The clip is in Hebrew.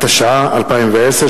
התשע"א 2010,